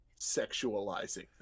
sexualizing